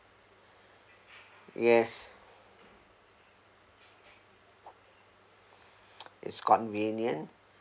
yes it's convenient